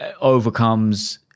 overcomes